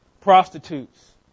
prostitutes